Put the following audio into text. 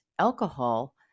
alcohol